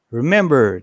remember